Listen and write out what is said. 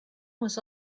was